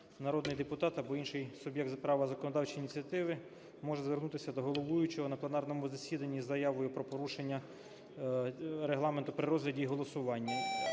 народний депутат або інший суб'єкт права законодавчої ініціативи може звернутися до головуючого на пленарному засіданні з заявою про порушення Регламенту при розгляді і голосуванні.